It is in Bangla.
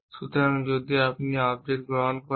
সুতরাং যদি আপনি একটি অবজেক্ট গ্রহণ করেন